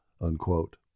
Unquote